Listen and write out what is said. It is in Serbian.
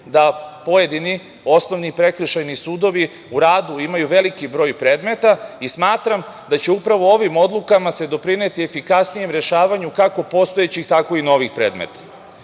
da pojedini osnovni i prekršajni sudovi u radu imaju veliki broj predmeta i smatram da će upravo ovim odlukama se doprineti efikasnijem rešavanju kako postojećih tako i novih predmeta. Zaista,